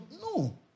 No